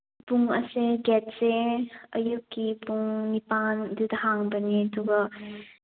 ꯄꯨꯡ ꯑꯁꯦ ꯒꯦꯠꯁꯦ ꯑꯌꯨꯛꯀꯤ ꯄꯨꯡ ꯅꯤꯄꯥꯟ ꯑꯗꯨꯗ ꯍꯥꯡꯕꯅꯤ ꯑꯗꯨꯒ